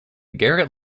garrett